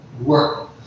work